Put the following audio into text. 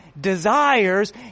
desires